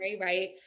right